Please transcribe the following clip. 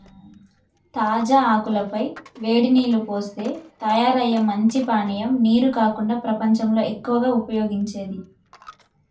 తాజా ఆకుల పై వేడి నీల్లు పోస్తే తయారయ్యే మంచి పానీయం నీరు కాకుండా ప్రపంచంలో ఎక్కువగా ఉపయోగించేది